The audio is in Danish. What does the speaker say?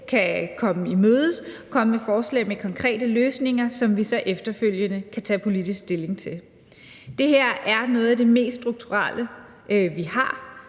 kan kommes i møde, og komme med forslag til konkrete løsninger, som vi så efterfølgende kan tage politisk stilling til. Det her er nogle af de mest strukturelle